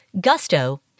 Gusto